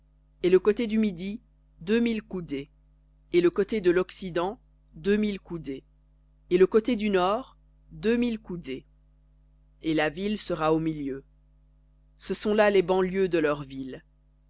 et le côté du midi deux mille coudées et le côté de l'occident deux mille coudées et le côté du nord deux mille coudées et la ville sera au milieu ce seront là les banlieues de leurs villes